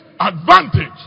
advantage